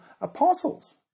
apostles